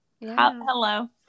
Hello